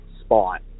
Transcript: spot